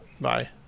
Bye